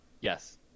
Yes